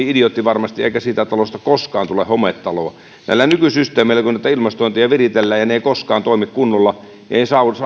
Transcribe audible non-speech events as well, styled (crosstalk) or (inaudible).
(unintelligible) idioottivarmasti eikä siitä talosta koskaan tule hometaloa näillä nykysysteemeillä kun ilmastointeja viritellään ja ne eivät koskaan toimi kunnolla ei